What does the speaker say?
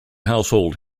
household